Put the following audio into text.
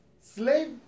slave